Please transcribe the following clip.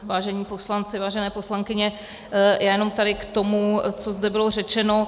Vážení poslanci, vážené poslankyně, já jenom tady k tomu, co zde bylo řečeno.